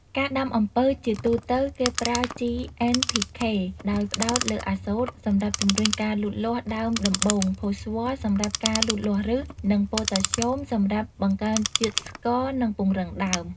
ការដាំអំពៅជាទូទៅ គេប្រើ ជី N-P-K ដោយផ្តោតលើអាសូត សម្រាប់ជំរុញការលូតលាស់ដើមដំបូង ផូស្វ័រ សម្រាប់ការលូតលាស់ឬស និងប៉ូតាស្យូម សម្រាប់បង្កើនជាតិស្ករ និងពង្រឹងដើម។